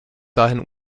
dahin